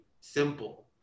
simple